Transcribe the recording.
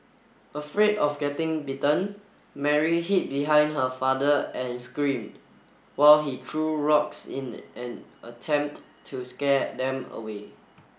afraid of getting bitten Mary hid behind her father and screamed while he threw rocks in an attempt to scare them away